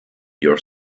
your